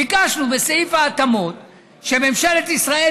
ביקשנו בסעיף ההתאמות שממשלת ישראל